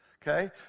Okay